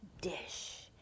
dish